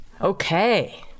Okay